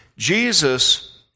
Jesus